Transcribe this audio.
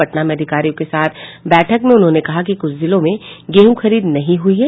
पटना में अधिकारियों के साथ बैठक में उन्होंने कहा कि कुछ जिलों में गेहूं खरीद नहीं हुई है